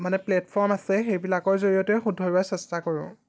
মানে প্লেটফৰ্ম আছে সেইবিলাকৰ জৰিয়তে শুধৰুৱাৰ চেষ্টা কৰোঁ